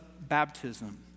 baptism